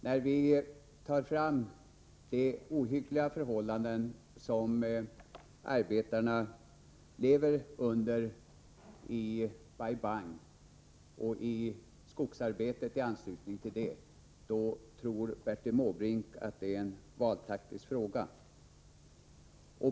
När vi drar fram de ohyggliga förhållanden som arbetarna i Bai Bang och i skogsarbeten i anslutning till Bai Bang lever under tror Bertil Måbrink att det är en valtaktisk fråga!